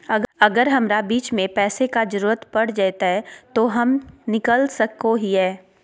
अगर हमरा बीच में पैसे का जरूरत पड़ जयते तो हम निकल सको हीये